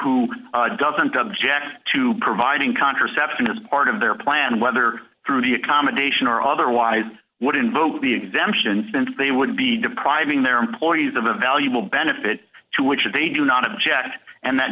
who doesn't object to providing contraception as part of their plan whether through the accommodation or otherwise would invoke the exemption since they would be depriving their employees of a valuable benefit to which they do not object and that